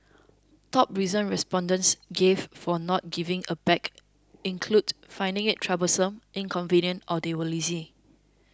top reasons respondents gave for not giving a bag included finding it troublesome inconvenient or they were lazy